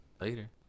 Later